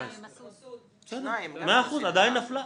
6 נמנעים,